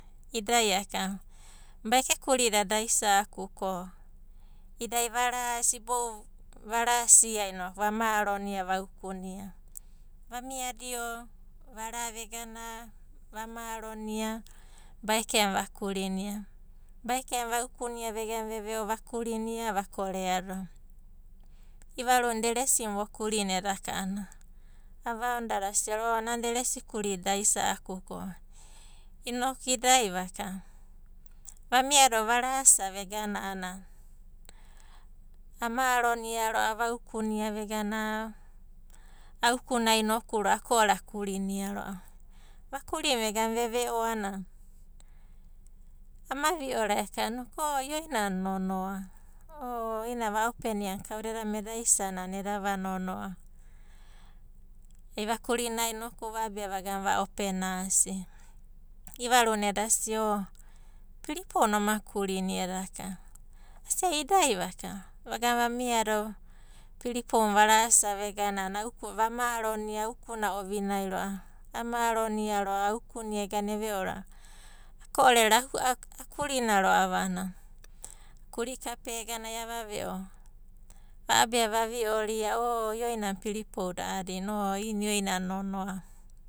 Idai aka baeke kurida da ais'aku ko idai vara sibo'u varasia inoku va maronia vaukunia. Vamiadio vara vegana, va maronia baeke na vakurinia. Baeke na vaukunia vegana ve ve'o vakurinia vakoreado. I'ivaru na deresina vokurinia edaka a'ana, avaonoda asia ro'ava o nana deresi kurida da aisa'aku ko inoku idai vaka. Vamiado varasa vegana a'ana amaronia ro'a vaukunia, aukuna inoku ro'ava ako'ore akurina ro'ava. Vakurina vegana veve'o a'ana amavi'ora eka'ana oko ioiana nonoa. O i'ina va'opena a'ana kauda edamai eda isana a'ana eda vanonoa. Ai vakurina inoku ai va'abia vagana va opena asi. I'ivaruna edasia o piripou na oma kurina edaka a'ana vasia idai vaka, vaga vamiado piripouna varasa vegana, vamarona, aukuna ovinai, amaronia aukunia egana eve'o, ako'ore akurina ro'ava a'anana, kuri kapea egana eve'o, ako'ore akurina ro'ava a'anana, kuri kapea egana ai ava ve'oa va'abia va vi'oria o ioinana piripouda a'adina. O ioinana nonoa.